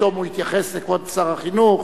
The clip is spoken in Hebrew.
ופתאום הוא התייחס לכבוד שר החינוך,